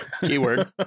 Keyword